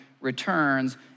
returns